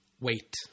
wait